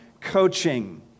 coaching